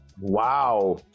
wow